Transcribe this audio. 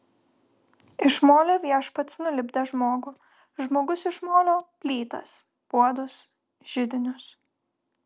iš molio viešpats nulipdė žmogų žmogus iš molio plytas puodus židinius